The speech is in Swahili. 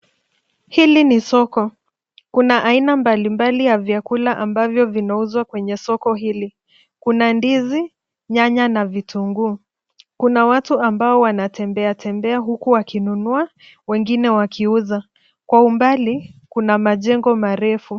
Hili ni soko kuna aina mbali mbali ya vyakula inayouzwa kwenye soko hili kuna ndizi nyanya na vitunguu kuna watu ambao wanatembea tembea huku wakinunua wengine wakiuza kwa umbali kuna majengo marefu.